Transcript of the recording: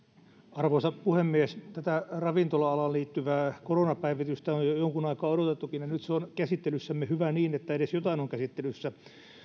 arvoisa puhemies tätä ravintola alaan liittyvää koronapäivitystä on jo jonkun aikaa odotettukin ja nyt se on käsittelyssämme hyvä niin että edes jotain on käsittelyssä